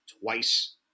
twice